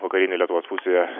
vakarinėj lietuvos pusėje